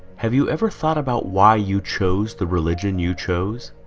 have you ever thought about why you chose the religion you chose?